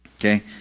Okay